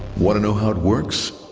want to know how it works?